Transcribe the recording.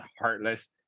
heartless